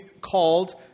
called